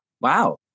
Wow